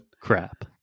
crap